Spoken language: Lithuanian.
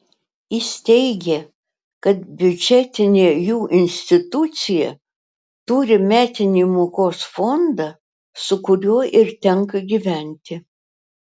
jis teigė kad biudžetinė jų institucija turi metinį mokos fondą su kuriuo ir tenka gyventi